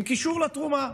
עם קישור לתרומה.